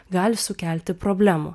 gali sukelti problemų